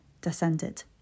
descended